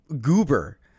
goober